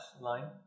line